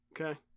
Okay